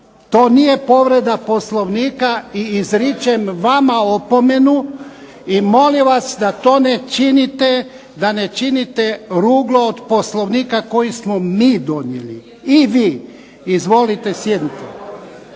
to nije povreda Poslovnika i izričem vama opomenu i da ne činite ruglo od Poslovnika koji smo mi donijeli i vi. Izvolite sjednite.